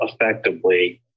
effectively